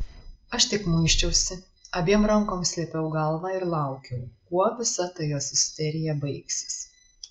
aš tik muisčiausi abiem rankom slėpiau galvą ir laukiau kuo visa ta jos isterija baigsis